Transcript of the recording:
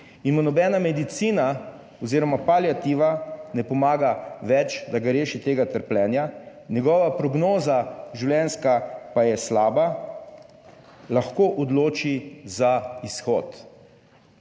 in mu nobena medicina oziroma paliativa ne pomaga več, da ga reši tega trpljenja, njegova prognoza življenjska pa je slaba, lahko odloči za izhod.